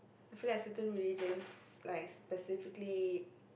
I feel like certain religions like specifically